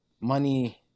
money